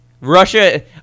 Russia